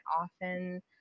often